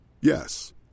Yes